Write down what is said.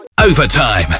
Overtime